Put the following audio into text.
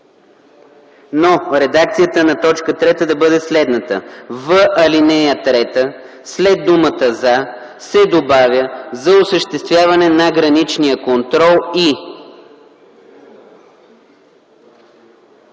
но редакцията на т. 3 да бъде следната: „3. В ал. 3 след думата „за” се добавя „за осъществяване на граничния контрол и”.”